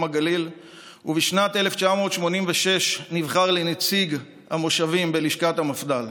הגליל ובשנת 1986 נבחר לנציג המושבים בלשכת המפד"ל.